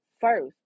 first